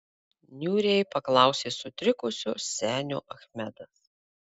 niūriai paklausė sutrikusio senio achmedas